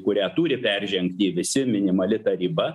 kurią turi peržengti visi minimali ta riba